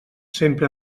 sempre